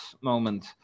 moment